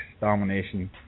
domination